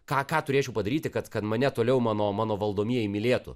ką ką turėčiau padaryti kad kad mane toliau mano mano valdomieji mylėtų